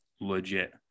legit